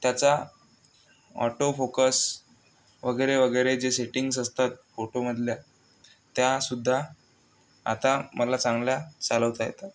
मी त्याचा auto focus वगैरे वगैरे जे सेटिंग्स असतात फोटोमधल्या त्यासुद्धा आता मला चांगल्या चालवता येतात